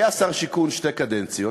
היה שר השיכון שתי קדנציות,